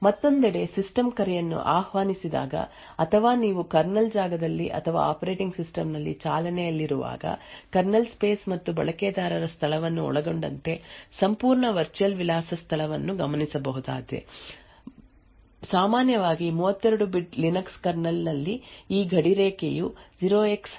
ಮತ್ತೊಂದೆಡೆ ಸಿಸ್ಟಮ್ ಕರೆಯನ್ನು ಆಹ್ವಾನಿಸಿದಾಗ ಅಥವಾ ನೀವು ಕರ್ನಲ್ ಜಾಗದಲ್ಲಿ ಅಥವಾ ಆಪರೇಟಿಂಗ್ ಸಿಸ್ಟಂ ನಲ್ಲಿ ಚಾಲನೆಯಲ್ಲಿರುವಾಗ ಕರ್ನಲ್ ಸ್ಪೇಸ್ ಮತ್ತು ಬಳಕೆದಾರರ ಸ್ಥಳವನ್ನು ಒಳಗೊಂಡಂತೆ ಸಂಪೂರ್ಣ ವರ್ಚುಯಲ್ ವಿಳಾಸ ಸ್ಥಳವನ್ನು ಗಮನಿಸಬಹುದಾಗಿದೆ ಸಾಮಾನ್ಯವಾಗಿ 32 ಬಿಟ್ ಲಿನಕ್ಸ್ಕರ್ನಲ್ ನಲ್ಲಿ ಈ ಗಡಿರೇಖೆಯು 0xC0000000 ಸ್ಥಳದಲ್ಲಿದೆ ಈ ನಿರ್ದಿಷ್ಟ ಸ್ಥಳದ ಮೇಲಿರುವ ಯಾವುದೇ ಮೆಮೊರಿ ವಿಳಾಸವು ಕರ್ನಲ್ ಸ್ಪೇಸ್ ಅನುರೂಪವಾಗಿದೆ ಮತ್ತು ಈ ಸ್ಥಳದ ಕೆಳಗಿನ ಯಾವುದೇ ಮೆಮೊರಿ ವಿಳಾಸವು ಬಳಕೆದಾರ ಸ್ಥಳದ ಸ್ಥಳಕ್ಕೆ ಅನುಗುಣವಾಗಿರುತ್ತದೆ